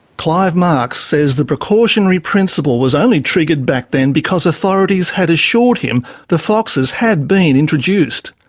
clive marks says the precautionary principle was only triggered back then because authorities had assured him the foxes had been introduced.